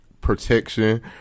Protection